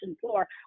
floor